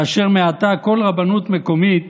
כאשר מעתה כל רבנות מקומית